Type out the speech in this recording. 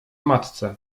matce